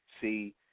see